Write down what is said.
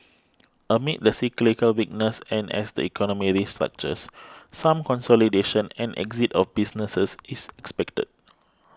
amid the cyclical weakness and as the economy restructures some consolidation and exit of businesses is expected